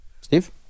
Steve